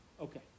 Okay